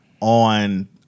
on